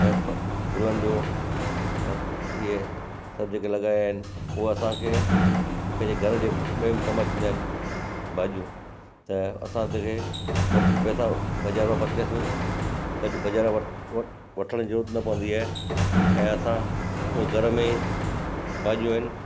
ऐं फ गुलनि जो ऐं इहे सभु जेके लॻाया आहिनि हूअ असांखे पंहिंजे घर जंहिंमें कम अचंदा आहिनि भाॼियूं त असांखे ॿ पैसा बाज़ारि खां पर्चेज़ ब बाज़ारि वटि वठ वठण जी जरूरत न पवंदी आहे ऐं असां हूअ घर में भाॼियूं आहिनि